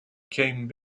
came